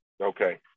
Okay